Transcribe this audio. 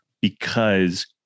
because-